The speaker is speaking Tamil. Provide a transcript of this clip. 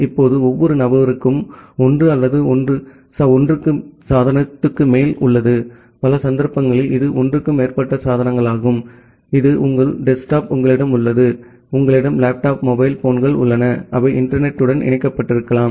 இப்போது ஒவ்வொரு நபருக்கும் 1 அல்லது 1 சாதனங்களுக்கு மேல் உள்ளது பல சந்தர்ப்பங்களில் இது 1 க்கும் மேற்பட்ட சாதனங்களாகும் இது உங்கள் டெஸ்க்டாப் உங்களிடம் உள்ளது உங்களிடம் லேப்டாப் மொபைல் போன்கள் உள்ளன அவை இன்டர்நெட் த்துடன் இணைக்கப்படலாம்